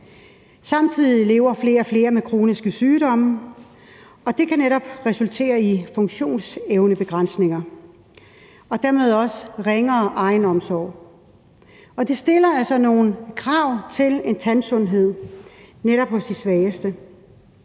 Samtidig lever flere og flere med kroniske sygdomme, og det kan netop resultere i funktionsevnebegrænsninger og dermed også en ringere egenomsorg, og det stiller altså nogle krav til en tandsundhed hos netop de svageste,